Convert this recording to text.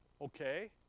Okay